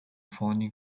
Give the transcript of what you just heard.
founding